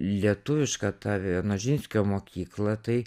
lietuviška ta vienožinskio mokykla tai